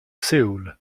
seul